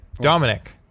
Dominic